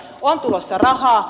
on tulossa rahaa